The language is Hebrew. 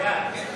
בעד עליזה